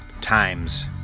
times